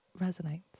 resonates